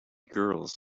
girls